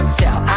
tell